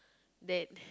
that